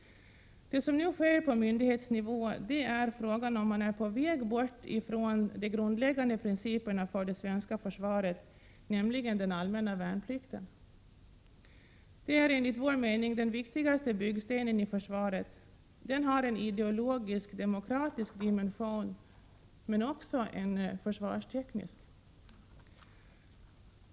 Det som nu sker på myndighetsnivå tyder på att man kan vara på väg bort från de grundläggande principerna för det svenska försvaret, nämligen den allmänna värnplikten. Den är enligt vår mening den viktigaste byggstenen i försvaret. Den har en ideologisk-demokratisk dimension men också en försvarsteknisk.